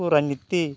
ᱩᱱᱠᱩ ᱨᱟᱡᱽᱱᱤᱛᱤ